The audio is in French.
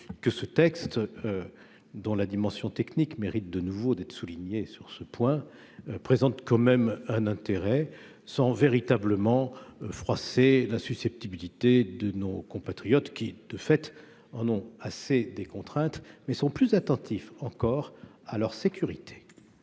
Ce texte, dont la dimension technique mérite de nouveau d'être soulignée, présente tout de même un intérêt sans véritablement froisser la susceptibilité de nos compatriotes, qui, de fait, en ont assez des contraintes, mais sont plus attentifs encore à leur sécurité.